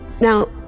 Now